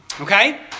Okay